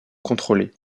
contrôlée